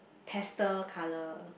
pastel colour